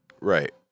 Right